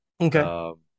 Okay